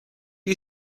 you